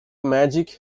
magic